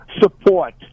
support